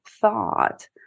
thought